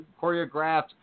choreographed